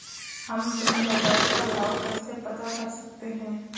हम अपने बाजार का भाव कैसे पता कर सकते है?